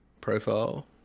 profile